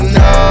no